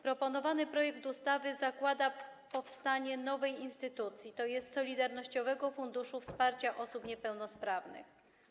Proponowany projekt ustawy zakłada powstanie nowej instytucji, tj. Solidarnościowego Funduszu Wsparcia Osób Niepełnosprawnych.